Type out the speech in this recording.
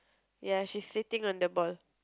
ya she sitting on the ball